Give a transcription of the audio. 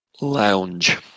lounge